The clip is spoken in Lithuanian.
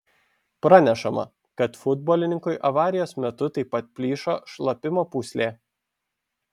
pranešama kad futbolininkui avarijos metu taip pat plyšo šlapimo pūslė